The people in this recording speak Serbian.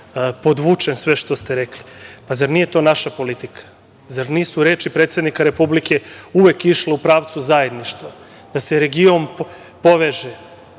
podvučem sve što ste rekli, zar nije to naša politika, zar nisu reči predsednika Republike uvek išle u pravcu zajedništva da se region poveže? Da